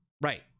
right